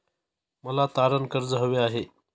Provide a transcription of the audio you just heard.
मला तारण कर्ज हवे आहे